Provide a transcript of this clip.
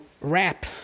wrap